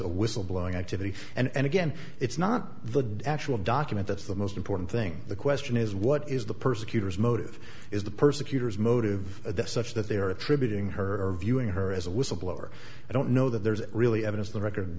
a whistle blowing activity and again it's not the actual document that's the most important thing the question is what is the persecutors motive is the persecutors motive that such that they are attributing her or viewing her as a whistleblower i don't know that there's really evidence the record